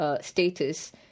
status